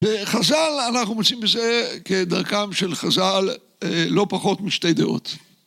בחז'ל אנחנו מוצאים בזה כדרכם של חז'ל לא פחות משתי דעות.